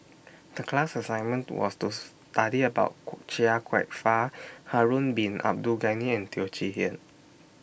The class assignment was to study about Chia Kwek Fah Harun Bin Abdul Ghani and Teo Chee Hean